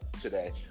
today